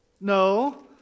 No